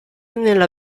nella